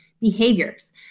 behaviors